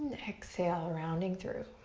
exhale, rounding through.